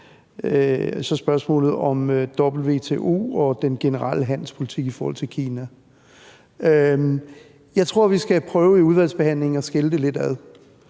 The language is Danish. spørgsmålet om WTO og den generelle handelspolitik i forhold til Kina. Jeg tror, at vi i udvalgsbehandlingen skal prøve at skille det lidt ad.